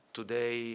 today